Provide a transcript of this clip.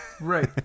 Right